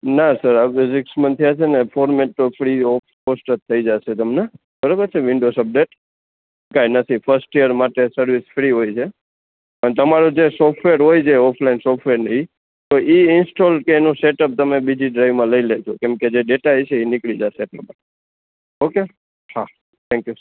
ના સર આ fee six month થયાં છે ને ફોરમેટ તો ફ્રી ઓફ કોસ્ટ થઈ જશે તમને બરોબર છે વિન્ડોસ અપડેટ કાંઈ નથી ફર્સ્ટ ઈયર માટે સર્વિસ ફ્રી હોય છે અને તમારું જે સોફ્ટવેર હોય છે ઓફલાઇન સોફ્ટવેર એ તો ઈ ઇન્સ્ટોલ કે એનો સેટઅપ તમે બીજી ડ્રાઇવમાં લઇ લેજો કેમ કે જે ડેટા એ જે છે એ નીકળી જશે ઓકે હા થેંક યૂ